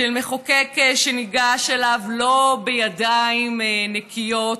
של מחוקק שניגש אליו לא בידיים נקיות,